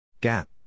Gap